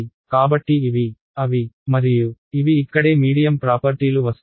కాబట్టి ఇవి అవి మరియు ఇవి ఇక్కడే మీడియం ప్రాపర్టీలు వస్తాయి